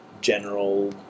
general